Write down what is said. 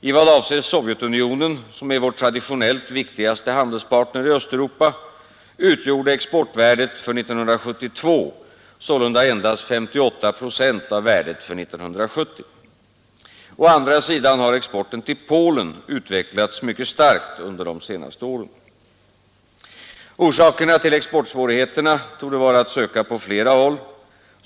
I vad avser Sovjetunionen, som är vår traditionellt viktigaste handelspartner i Östeuropa, utgjorde exportvärdet för 1972 sålunda endast 58 procent av värdet för 1970. Å andra sidan har exporten till Polen utvecklats mycket starkt under de senaste åren. Orsakerna till exportsvårigheterna torde vara att söka på flera håll.